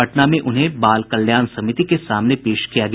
पटना में उन्हें बाल कल्याण समिति के सामने पेश किया गया